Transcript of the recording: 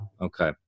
Okay